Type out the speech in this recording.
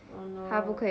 oh no